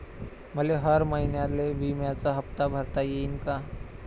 मले हर महिन्याले बिम्याचा हप्ता भरता येईन का?